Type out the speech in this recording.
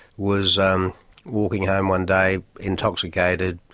was um walking home one day, intoxicated.